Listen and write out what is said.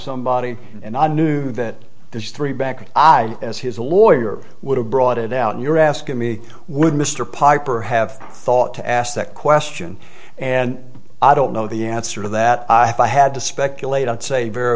somebody and i knew that there's three back and i as his lawyer would have brought it out you're asking me would mr piper have thought to ask that question and i don't know the answer to that if i had to speculate and say very